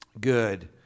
good